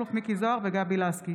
מכלוף מיקי זוהר וגבי לסקי